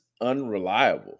unreliable